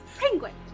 penguin